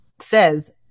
says